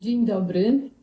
Dzień dobry.